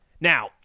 Now